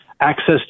access